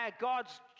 God's